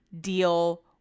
deal